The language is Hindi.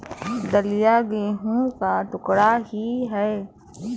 दलिया गेहूं का टुकड़ा ही है